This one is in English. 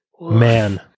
Man